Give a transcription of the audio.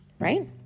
right